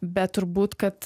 bet turbūt kad